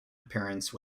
appearance